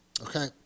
Okay